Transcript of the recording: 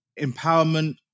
empowerment